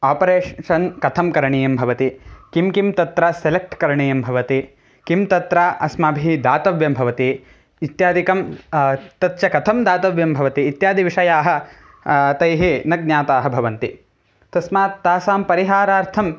operation कथं करणीयं भवति किं किं तत्र सेलेक्ट् करणीयं भवति किं तत्र अस्माभिः दातव्यं भवति इत्यादिकं तत् च कथं दातव्यं भवति इत्यादिविषयाः तैः न ज्ञाताः भवन्ति तस्मात् तासां परिहारार्थं